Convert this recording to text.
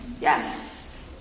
yes